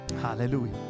Hallelujah